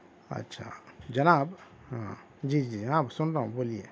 اچھا جناب ہاں جی جی ہاں سُن رہا ہوں بولیے